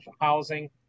housing